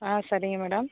ஆ சரிங்க மேடம்